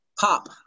Pop